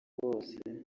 bose